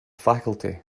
faculty